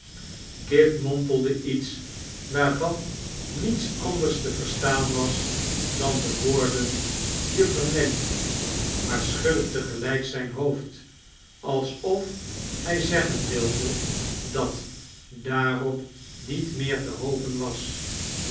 kit mompelde iets waarvan niets anders te verstaan was dan de woorden juffer nelly maar schudde te gelijk zijn hoofd alsof hij zeggen wilde dat daarop niet meer te hopen was